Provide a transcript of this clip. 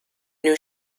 new